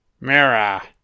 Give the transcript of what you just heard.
Mira